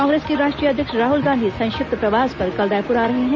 कांग्रेस के राष्ट्रीय अध्यक्ष राहुल गांधी संक्षिप्त प्रवास पर कल रायपुर आ रहे हैं